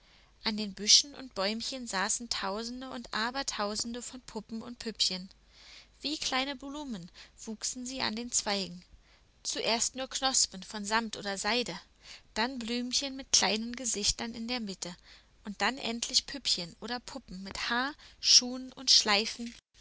an den büschen und bäumchen saßen tausende und aber tausende von puppen und püppchen wie kleine blumen wuchsen sie an den zweigen zuerst nur knospen von sammet oder seide dann blümchen mit kleinen gesichtern in der mitte und dann endlich püppchen oder puppen mit haar schuhen und schleifen